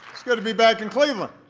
it's good to be back in cleveland.